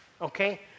okay